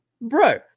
Bro